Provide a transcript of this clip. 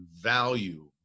value